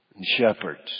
Shepherds